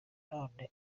none